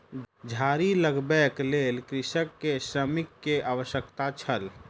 झाड़ी लगबैक लेल कृषक के श्रमिक के आवश्यकता छल